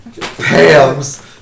Pam's